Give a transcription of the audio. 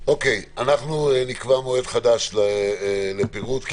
אוקיי, אנחנו נקבע מועד חדש לצורך פירוט הדברים.